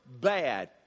bad